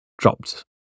dropped